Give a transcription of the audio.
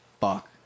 fuck